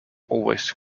always